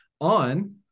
on